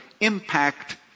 impact